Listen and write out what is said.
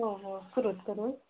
हो हो सुरळीत करू